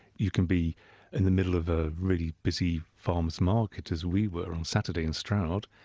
you can be in the middle of a really busy farmer's market, as we were on saturday in stroud,